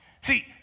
See